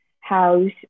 house